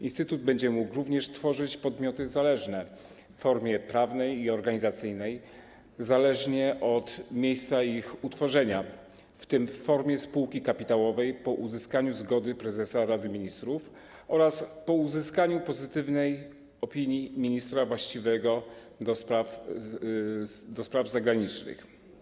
Instytut będzie mógł również tworzyć podmioty zależne, w formie prawnej i organizacyjnej zależne od miejsca ich utworzenia, w tym w formie spółki kapitałowej, po uzyskaniu zgody prezesa Rady Ministrów oraz po uzyskaniu pozytywnej opinii ministra właściwego do spraw zagranicznych.